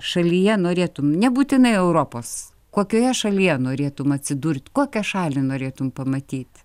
šalyje norėtumei nebūtinai europos kokioje šalyje norėtumei atsidurt kokią šalį norėtumei pamatyti